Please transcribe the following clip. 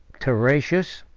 taracius,